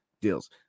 deals